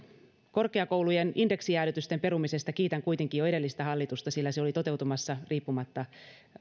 korkeakoulujen indeksijäädytysten perumisesta kiitän kuitenkin jo edellistä hallitusta sillä se oli toteutumassa riippumatta